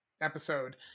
episode